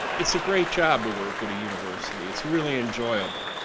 it's a great job to work at a university. it's really enjoyable.